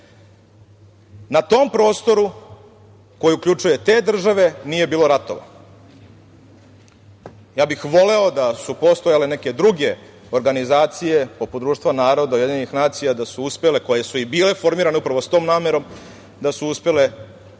na tom prostoru koji uključuje te države nije bilo ratova. Voleo bih da su postojale neke druge organizacija poput Društva naroda, UN da su uspele, koje su i bile formirane upravo sa tom namerom, da su uspele